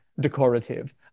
decorative